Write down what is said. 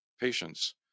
patients